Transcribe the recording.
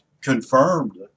confirmed